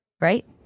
Right